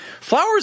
flowers